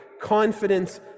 confidence